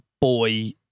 boy